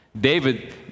David